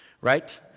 right